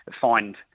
find